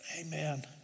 Amen